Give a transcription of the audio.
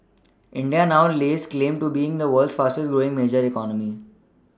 india now lays claim to being the world's fastest growing major economy